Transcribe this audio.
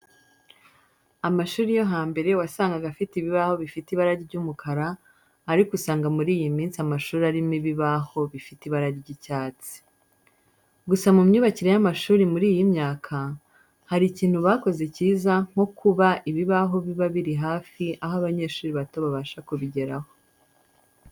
Amashuri yo hambere wasangaga afite ibibaho bifite ibara ry'umukara ariko usanga muri iyi minsi amashuri arimo ibibaho bifite ibara ry'icyatsi. Gusa mu myubakire y'amashuri muri iyi myaka, hari ikintu bakoze cyiza nko kuba ibibaho biba biri hafi aho abanyeshuri bato babasha kubigeraho.